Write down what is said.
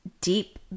deep